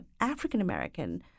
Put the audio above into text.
African-American